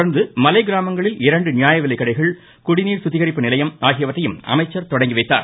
தொடர்ந்து மலை கிராமங்களில் இரண்டு நியாய விலைக்கடைகள் குடிநீர் சுத்திகரிப்பு நிலையம் ஆகியவற்றையும் அமைச்சர் தொடங்கிவைத்தார்